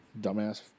Dumbass